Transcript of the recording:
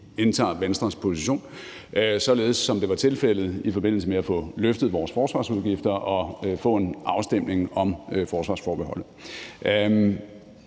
indtager Venstres position, således som det var tilfældet i forbindelse med at få løftet vores forsvarsudgifter og få en afstemning om forsvarsforbeholdet.